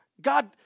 god